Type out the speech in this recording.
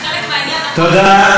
חלק מהעניין, תודה.